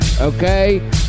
okay